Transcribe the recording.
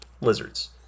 lizards